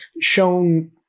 shown –